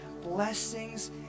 blessings